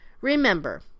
remember